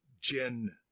Jen